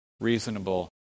Reasonable